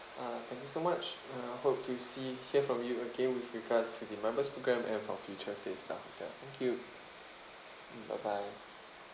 uh thank you so much and I hope to see hear from you again with regards to the members program and for future stays in our hotel thank you mm bye bye